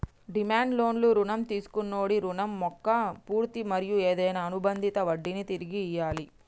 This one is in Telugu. డిమాండ్ లోన్లు రుణం తీసుకొన్నోడి రుణం మొక్క పూర్తి మరియు ఏదైనా అనుబందిత వడ్డినీ తిరిగి ఇయ్యాలి